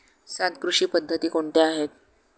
सात कृषी पद्धती कोणत्या आहेत?